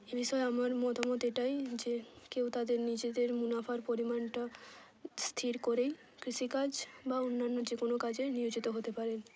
এ বিষয়ে আমার মতামত এটাই যে কেউ তাদের নিজেদের মুনাফার পরিমাণটা স্থির করেই কৃষিকাজ বা অন্যান্য যে কোনো কাজে নিয়োজিত হতে পারেন